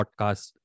podcast